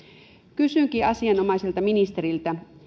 kysynkin asianomaiselta ministeriltä